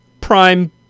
prime